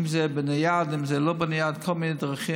אם זה בנייד, אם זה לא בנייד, כל מיני דרכים.